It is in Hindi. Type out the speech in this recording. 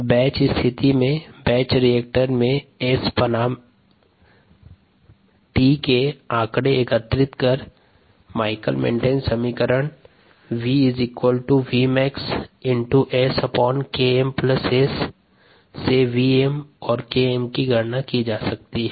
बैच स्थिति में बैच रिएक्टर में S बनाम t के आंकड़े एकत्रित कर माइकलिस मेंटेन समीकरण v Vmax S Km S से Vm और Km की गणना की जा सकती है